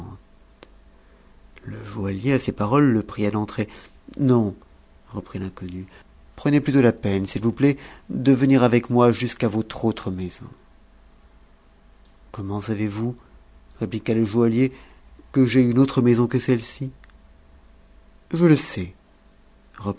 le joaillier à ces paroles te pria d'entrer non reprit l'inconnu prenez plutôt la peine s'il vous plaît de venir avec moi jusqu'à votre autre maison comment savez-vous répliqua le joaillier que j'ai une autre maison que celle-ci je le sais